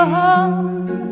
home